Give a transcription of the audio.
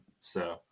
So-